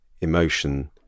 Emotion